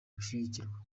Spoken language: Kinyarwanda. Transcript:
gushyigikirwa